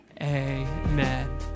Amen